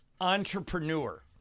entrepreneur